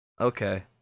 Okay